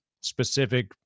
specific